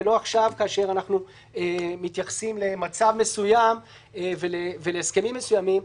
ולא עכשיו כאשר אנחנו מתייחסים למצב מסוים ולהסכמים מסוימים,